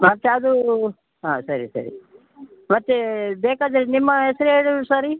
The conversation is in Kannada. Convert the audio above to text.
ಮತ್ತೆ ಅದು ಹಾಂ ಸರಿ ಸರಿ ಮತ್ತೆ ಬೇಕಾದರೆ ನಿಮ್ಮ ಹೆಸ್ರು ಹೇಳಿದರು ಸರಿ